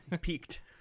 peaked